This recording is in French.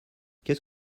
qu’est